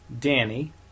Danny